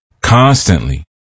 Constantly